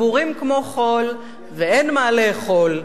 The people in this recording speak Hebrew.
לביקורת המדינה: דיבורים כמו חול ואין מה לאכול.